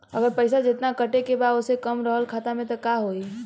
अगर पैसा जेतना कटे के बा ओसे कम रहल खाता मे त का होई?